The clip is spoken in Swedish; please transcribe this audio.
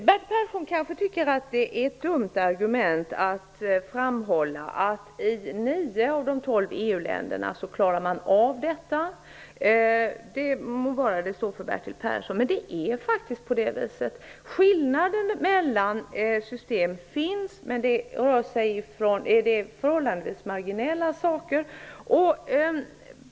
Herr talman! Bertil Persson tycker att det är ett dumt argument att framhålla att i nio av de 12 EU länderna klarar man av ''droit de suite''. Det må stå för Bertil Persson. Men det är faktiskt så. Det finns skillnader mellan systemen, men det rör sig om förhållandevis marginella saker.